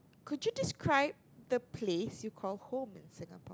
could you describe the place you call home